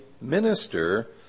minister